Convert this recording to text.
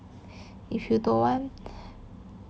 if you don't want